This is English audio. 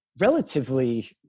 relatively